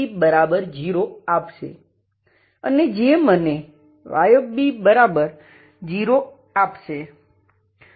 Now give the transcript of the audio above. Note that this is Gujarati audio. Yb0 આપશે અને જે મને Yb0 આપશે